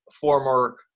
former